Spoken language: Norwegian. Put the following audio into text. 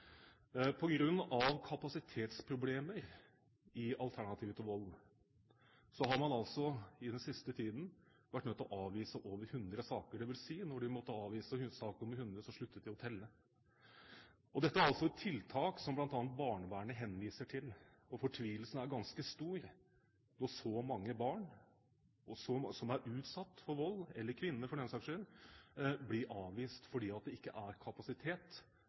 av kapasitetsproblemer i Alternativ til Vold har man altså i den siste tiden vært nødt til å avvise over 100 saker, dvs. når de måtte avvise sak nr. 100, så sluttet de å telle. Og dette er altså et tiltak som bl.a. barnevernet henviser til. Fortvilelsen er ganske stor når så mange barn – eller kvinner, for den saks skyld – som er utsatt for vold, blir avvist fordi det ikke er kapasitet